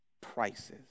prices